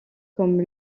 comme